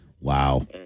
Wow